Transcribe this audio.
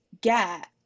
get